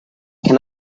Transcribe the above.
can